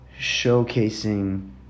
showcasing